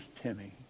Timmy